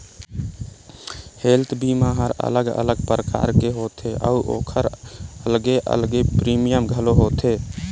health बीमा हर अलग अलग परकार के होथे अउ ओखर अलगे अलगे प्रीमियम घलो होथे